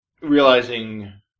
realizing